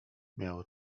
miało